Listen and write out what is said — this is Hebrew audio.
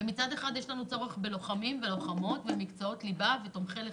יש לנו צורך בלוחמים ומקצועות ליבה ותומכי לחימה,